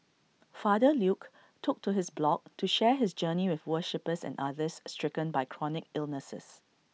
father Luke took to his blog to share his journey with worshippers and others stricken by chronic illnesses